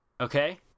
okay